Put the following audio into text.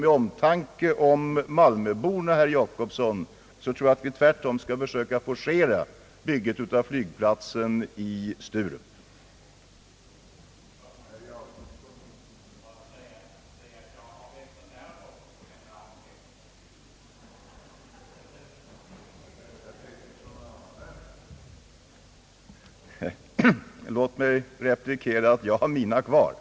Med omtanke om malmöborna tror jag att vi tvärtom bör försöka forcera flygplatsbygget i Sturup.